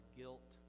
guilt